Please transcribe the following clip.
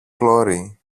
πλώρη